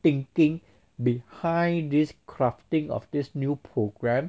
thinking behind this crafting of this new programme